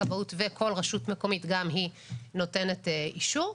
כבאות וכל רשות מקומית גם היא נותנת אישור.